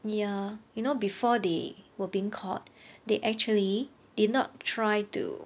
ya you know before they were being caught they actually did not try to